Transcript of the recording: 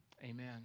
amen